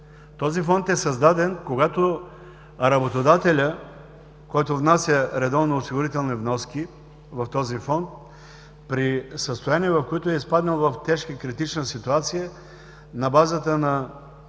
Този Фонд е създаден, когато работодателят, който внася редовно осигурителни вноски в този Фонд, когато изпадне в състояние на тежка и критична ситуация на базата на